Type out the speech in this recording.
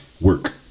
work